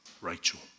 Rachel